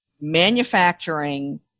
manufacturing